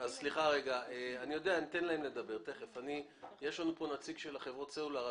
נמצא אתנו פה נציג של חברות הסלולר.